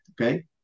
okay